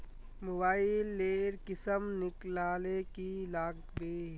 Mobile लेर किसम निकलाले की लागबे?